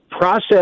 Process